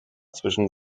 zwischen